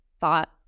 thought